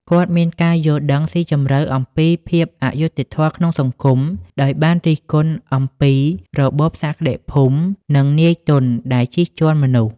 គាត់មានការយល់ដឹងស៊ីជម្រៅអំពីភាពអយុត្តិធម៌ក្នុងសង្គម ដោយបានរិះគន់អំពីរបបសក្តិភូមិ និងនាយទុនដែលជិះជាន់មនុស្ស។